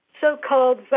so-called